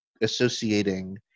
associating